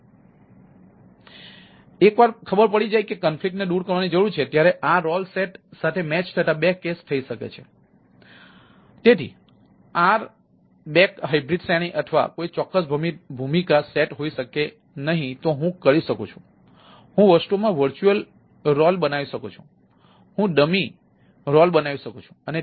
પછી એકવાર ખબર પડી જાય કે તે કોન્ફ્લિક્ટ ને દૂર કરવાની જરૂર છે ત્યારે આ રોલ સેટ બનાવી શકું છું અને તેને જોઈ શકું છું